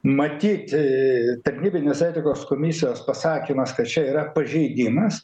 matyt tarnybinės etikos komisijos pasakymas kad čia yra pažeidimas